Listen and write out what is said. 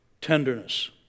tenderness